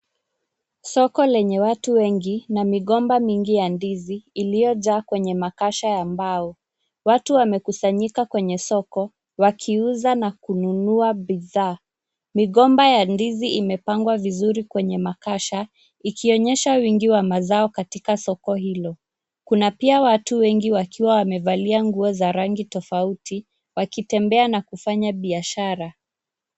Soko lenye watu wengi na migomba migomba mingi ya ndizi iliyojaa kwenye makasha ya mbao. Watu wamekusanyika kwenye soko wakiuza na kununua bidhaa. Migomba ya ndizi imepangwa vizuri kwenye makasha ikionyesha wingi wa mazao katika soko hilo. Kuna pia watu wengi wakiwa wamevalia nguo za rangi tofauti wakitembea wakifanya biashara.